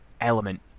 element